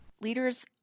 leaders